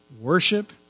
worship